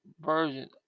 version